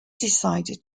decided